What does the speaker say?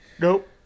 Nope